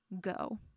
go